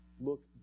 look